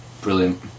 brilliant